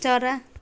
चरा